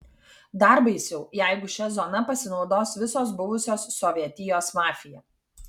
dar baisiau jeigu šia zona pasinaudos visos buvusios sovietijos mafija